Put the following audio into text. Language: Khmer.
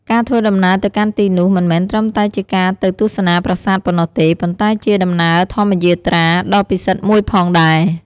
ការធ្វើដំណើរទៅកាន់ទីនោះមិនមែនត្រឹមតែជាការទៅទស្សនាប្រាសាទប៉ុណ្ណោះទេ ប៉ុន្តែជា ដំណើរធម្មយាត្រា ដ៏ពិសិដ្ឋមួយផងដែរ។